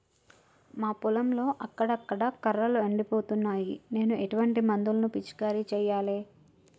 మా పొలంలో అక్కడక్కడ కర్రలు ఎండిపోతున్నాయి నేను ఎటువంటి మందులను పిచికారీ చెయ్యాలే?